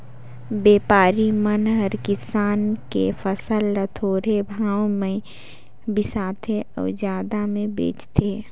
बेपारी मन हर किसान के फसल ल थोरहें भाव मे बिसाथें अउ जादा मे बेचथें